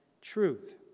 truth